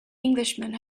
englishman